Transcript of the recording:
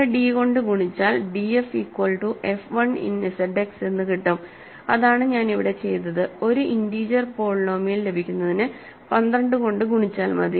ചില d കൊണ്ട് ഗുണിച്ചാൽ df equal to f 1 in ZXഎന്ന് കിട്ടും അതാണ് ഞാൻ ഇവിടെ ചെയ്തത് ഒരു ഇന്റീജർ പോളിനോമിയൽ ലഭിക്കുന്നതിന് 12 കൊണ്ട് ഗുണിച്ചാൽ മതി